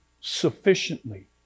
sufficiently